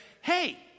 hey